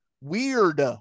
weird